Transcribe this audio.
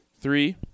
Three